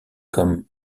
comme